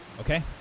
Okay